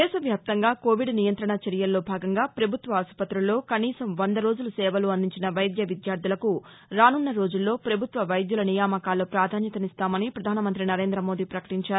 దేశవ్యాప్తంగా కోవిద్ నియంత్రణ చర్యల్లో భాగంగా ప్రభుత్వ ఆసుపుతుల్లో కనీసం వంద రోజులు సేవలు అందించిన వైద్య విద్యార్థులకు రానున్న రోజుల్లో ప్రభుత్వ వైద్యుల నియామకాల్లో ప్రాధాన్యతనిస్తామని ప్రధానమంత్రి నరేంద్ర మోదీ ప్రకటించారు